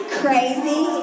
crazy